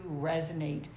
resonate